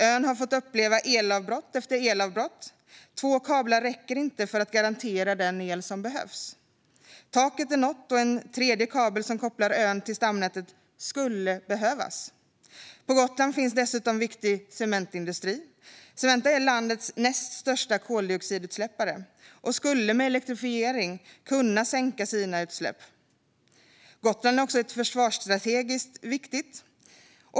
Ön har fått uppleva elavbrott efter elavbrott. Två kablar räcker inte för att garantera den el som behövs. Taket är nått, och en tredje kabel som kopplar ön till stamnätet skulle behövas. På Gotland finns dessutom viktig cementindustri. Cementa är landets näst största koldioxidutsläppare och skulle med elektrifiering kunna sänka sina utsläpp. Gotland är också försvarsstrategiskt viktigt.